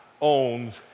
owns